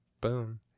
boom